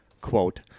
quote